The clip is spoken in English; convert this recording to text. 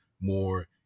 more